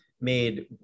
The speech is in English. made